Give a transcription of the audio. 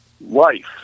life